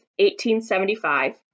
1875